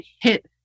hit